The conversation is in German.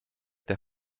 der